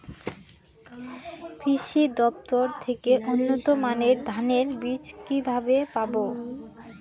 কৃষি দফতর থেকে উন্নত মানের ধানের বীজ কিভাবে পাব?